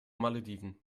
malediven